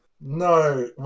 No